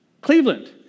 Cleveland